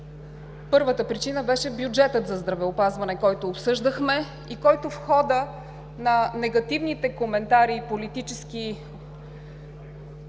Първата причина беше бюджетът за здравеопазване, който обсъждахме и който в хода на негативните коментари и политически